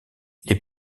les